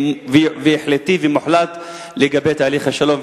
החלטי ומוחלט לגבי תהליך השלום,